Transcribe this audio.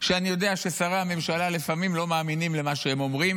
שאני יודע ששרי הממשלה לפעמים לא מאמינים למה שהם אומרים,